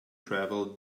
travel